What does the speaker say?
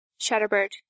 Shatterbird